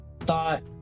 thought